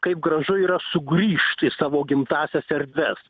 kaip gražu yra sugrįžt į savo gimtąsias erdves